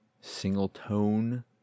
single-tone